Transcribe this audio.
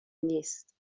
نیست